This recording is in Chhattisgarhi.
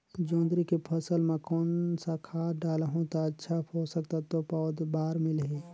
जोंदरी के फसल मां कोन सा खाद डालहु ता अच्छा पोषक तत्व पौध बार मिलही?